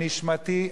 הנשמתי,